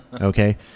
Okay